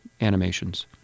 animations